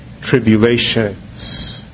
tribulations